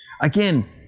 Again